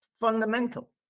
fundamental